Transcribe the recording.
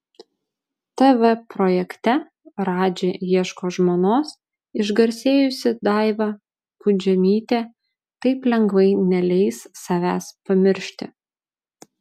tv projekte radži ieško žmonos išgarsėjusi daiva pudžemytė taip lengvai neleis savęs pamiršti